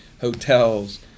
hotels